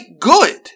good